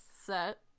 set